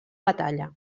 batalla